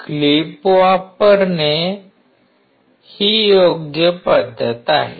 clipper वापरणे ही योग्य पद्धत आहे